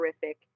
terrific